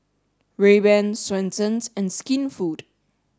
Rayban Swensens and Skinfood